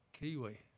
Kiwi